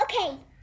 Okay